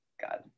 God